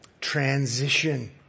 Transition